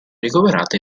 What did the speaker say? ricoverata